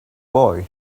boy